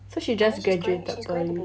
so she just graduated poly